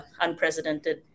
unprecedented